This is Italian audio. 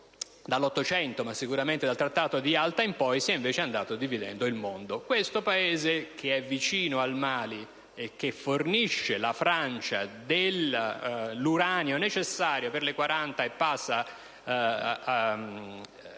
dall'Ottocento ma sicuramente dal Trattato di Yalta in poi, si è invece andato dividendo il mondo. Questo Paese, che è vicino al Mali e fornisce la Francia dell'uranio necessario per le oltre quaranta